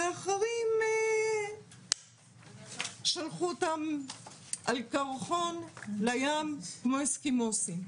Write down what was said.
ואחרים שלחו אותם על קרחון לים כמו אסקימואים.